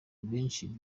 menshi